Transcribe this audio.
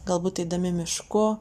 galbūt eidami mišku